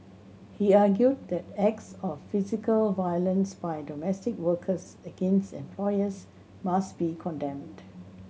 he argued that acts of physical violence by domestic workers against employers must be condemned